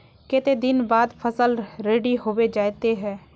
केते दिन बाद फसल रेडी होबे जयते है?